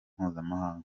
mpuzamahanga